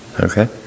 Okay